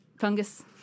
fungus